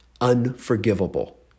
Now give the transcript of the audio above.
unforgivable